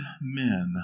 men